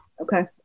Okay